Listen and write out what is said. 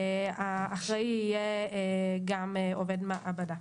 האחראי יהיה גם עובד מעבדה.